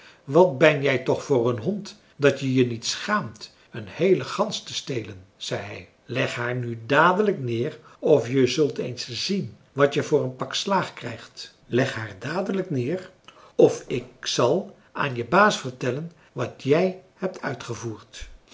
wat ben jij toch voor een hond dat je je niet schaamt een heele gans te stelen zei hij leg haar nu dadelijk neer of je zult eens zien wat je voor een pak slaag krijgt leg haar dadelijk neer of ik zal aan je baas vertellen wat jij hebt uitgevoerd